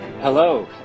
Hello